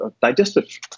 digestive